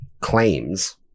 claims-